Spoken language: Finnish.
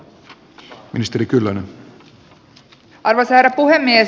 arvoisa herra puhemies